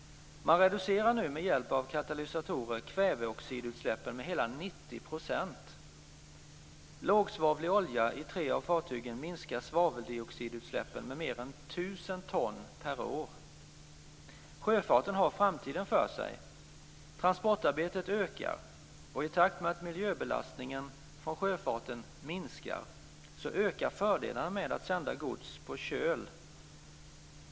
Man reducerar nu med hjälp av katalysatorer kväveoxidutsläppen med hela 90 %. Lågsvavlig olja i tre av fartygen minskar svaveldioxidutsläppen med mer än 1 000 ton per år. Sjöfarten har framtiden för sig. Transportarbetet ökar, och i takt med att miljöbelastningen från sjöfarten minskar så ökar fördelarna med att sända gods på köl.